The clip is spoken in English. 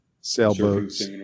Sailboats